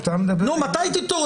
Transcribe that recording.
אתה מדבר?